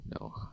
no